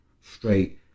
straight